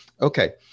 okay